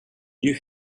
you